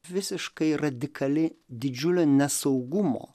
visiškai radikali didžiulio nesaugumo